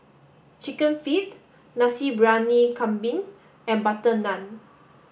Chicken Feet Nasi Briyani Kambing and Butter Naan